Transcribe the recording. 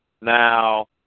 Now